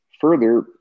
further